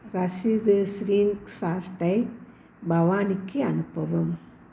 ரசீது ஸ்க்ரீன்ஷாட்டை பவானிக்கு அனுப்பவும்